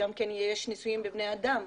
יש גם ניסויים בבני אדם,